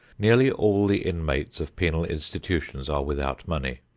nearly all the inmates of penal institutions are without money.